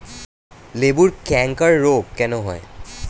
লেবুর ক্যাংকার রোগ কেন হয়?